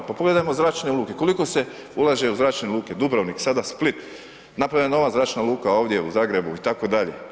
Pa pogledajmo zračne luke, koliko se ulaže u zračne luke, Dubrovnik, sada Split, napravljena je nova zračna luka ovdje u Zagrebu, itd.